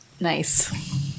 Nice